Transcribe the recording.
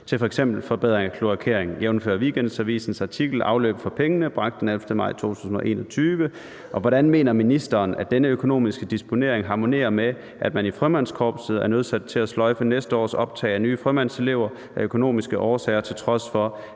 til f.eks. forbedring af kloakering, jf. Weekendavisens artikel »Afløb for pengene« bragt den 11. maj 2021, og hvordan mener ministeren at denne økonomiske disponering harmonerer med, at man i Frømandskorpset er nødsaget til at sløjfe næste års optag af nye frømandselever af økonomiske årsager, til trods for